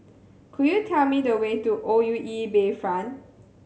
could you tell me the way to O U E Bayfront